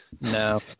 No